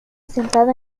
asentado